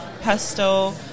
pesto